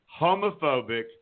homophobic